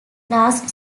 last